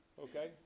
okay